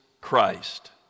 christ